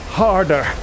harder